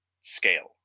scale